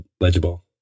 legible